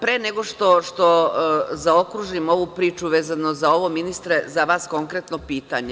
Pre nego što zaokružim ovu priču vezano za ovo, ministre, za vas konkretno pitanje.